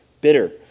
bitter